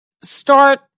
start